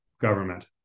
government